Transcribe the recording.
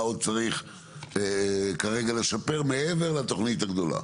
מה עוד צריך כרגע לשפר מעבר לתוכנית הגדולה?